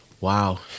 wow